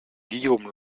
guillaume